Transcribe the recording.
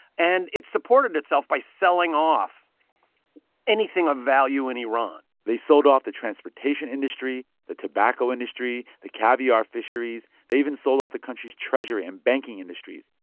and it supported itself by selling off anything of value in iran they sold off the transportation industry, the tobacco industry, the caviar fisheries. they even sold off the country's treasury and banking industries.